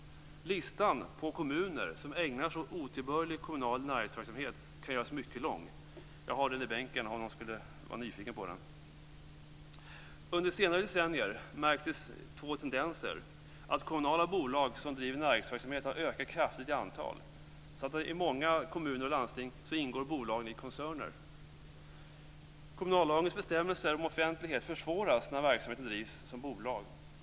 Listan på kommuner som ägnar sig åt otillbörlig kommunal näringsverksamhet kan göras mycket lång. Jag har ett exemplar i bänken för den händelse att någon skulle vara nyfiken på den. Under senare decennier märks två tendenser: att kommunala bolag som driver näringsverksamhet har ökat kraftigt i antal samt att bolagen i många kommuner och landsting ingår i koncerner. Kommunallagens bestämmelser om offentlighet försvåras när verksamheten drivs som bolag.